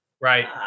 Right